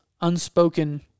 unspoken